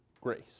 grace